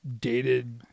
dated